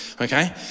okay